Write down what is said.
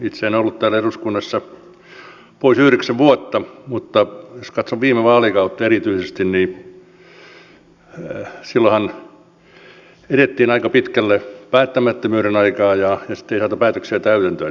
itse en ollut täällä eduskunnassa pois yhdeksän vuotta mutta jos katson viime vaalikautta erityisesti niin silloinhan edettiin aika pitkälle päättämättömyyden aikaa ja sitten ei saatu päätöksiä täytäntöön